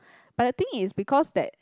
but the thing is because that